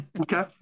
Okay